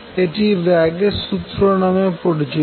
এটি ব্রাগ এর সুত্র নামে পরিচিত